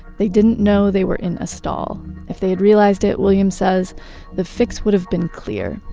they didn't know they were in a stall. if they'd realized it, williams says the fix would have been clear.